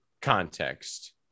context